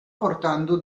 portando